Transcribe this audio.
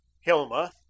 Hilma